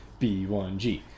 b1g